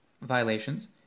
violations